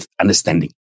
understanding